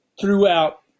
throughout